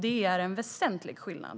Det är en väsentlig skillnad.